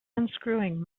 unscrewing